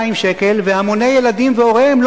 שיאפשר גם לחיילים בסדיר וגם לילדים ולבני-נוער להיכנס,